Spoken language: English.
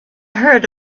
heard